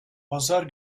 pazar